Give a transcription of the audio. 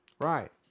Right